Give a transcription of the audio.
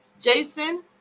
Jason